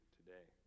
today